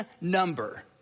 number